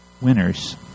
winners